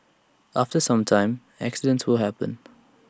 after some time accidents will happen